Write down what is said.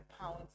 pounds